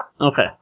Okay